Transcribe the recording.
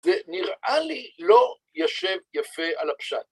זה נראה לי לא יושב יפה על הפשט.